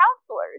counselors